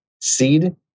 seed